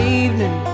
evening